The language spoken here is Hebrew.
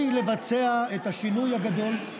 כדי לבצע את השינוי הגדול,